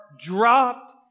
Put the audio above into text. dropped